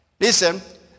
Listen